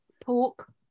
pork